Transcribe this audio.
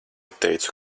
teicu